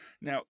Now